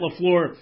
LaFleur